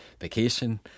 vacation